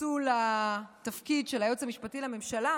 פיצול התפקיד של היועץ המשפטי לממשלה.